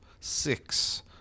six